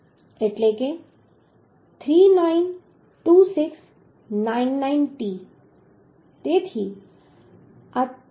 એટલે કે 392699 t